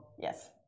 yes